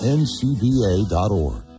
ncba.org